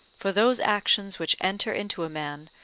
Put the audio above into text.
for those actions which enter into a man,